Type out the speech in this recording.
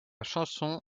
chanson